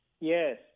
Yes